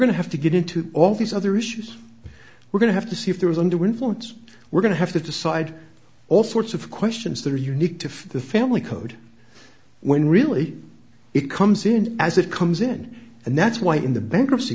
to have to get into all these other issues we're going to have to see if there's under influence we're going to have to decide all sorts of questions that are unique to the family code when really it comes in as it comes in and that's why in the bankruptcy